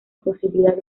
posibilidad